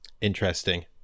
interesting